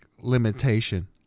limitation